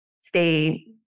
stay